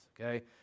okay